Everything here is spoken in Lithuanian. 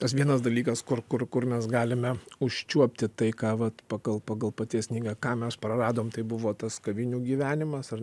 tas vienas dalykas kur kur kur mes galime užčiuopti tai ką vat pagal pagal paties knygą ką mes praradom tai buvo tas kavinių gyvenimas ar